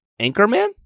Anchorman